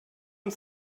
und